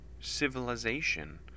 civilization